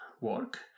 work